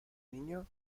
niño